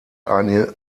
eine